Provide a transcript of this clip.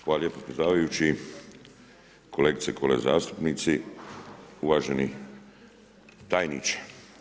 Hvala lijepo predsjedavajući, kolegice i kolege zastupnici, uvaženi tajniče.